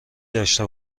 داشته